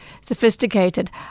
sophisticated